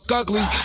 ugly